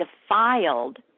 defiled